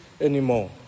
anymore